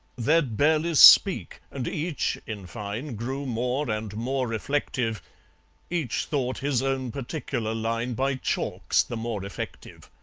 they'd barely speak, and each, in fine, grew more and more reflective each thought his own particular line by chalks the more effective.